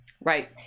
right